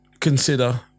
consider